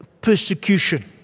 persecution